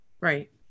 Right